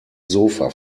sofa